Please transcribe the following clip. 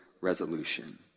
resolution